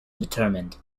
determined